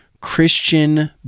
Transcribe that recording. Christian